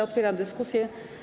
Otwieram dyskusję.